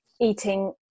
eating